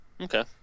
Okay